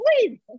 please